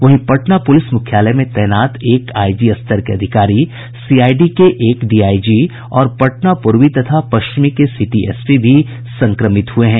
वहीं पटना प्रलिस मुख्यालय में तैनात एक आईजी स्तर के अधिकारी सीआईडी के एक डीआईजी और पटना पूर्वी तथा पश्चिमी के सिटी एसपी भी संक्रमित हुये हैं